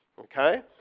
okay